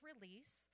release